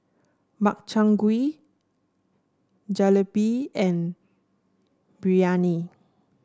Makchang Gui Jalebi and Biryani